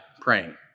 praying